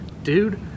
dude